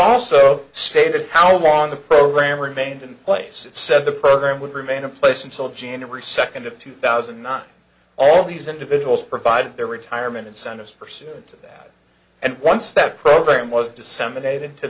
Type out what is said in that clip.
also stated how long the program remained in place it said the program would remain in place until january second of two thousand and not all these individuals provided their retirement incentives for soon to that and once that program was disseminate